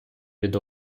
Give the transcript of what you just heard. від